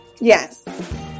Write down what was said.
Yes